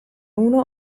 uno